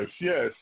yes